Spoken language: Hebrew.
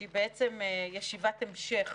שהיא בעצם ישיבת המשך